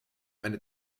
eine